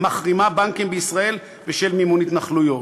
מחרימה בנקים בישראל בשל מימון התנחלויות,